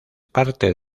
parte